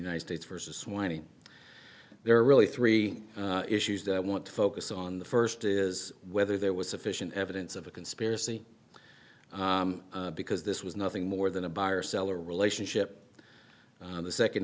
united states versus whining there are really three issues that i want to focus on the first is whether there was sufficient evidence of a conspiracy because this was nothing more than a buyer seller relationship the second